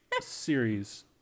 series